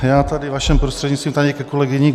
Já tady, vaším prostřednictvím, tady ke kolegyni.